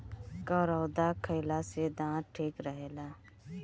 करौदा खईला से दांत ठीक रहेला